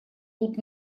тут